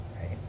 right